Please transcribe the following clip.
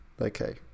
Okay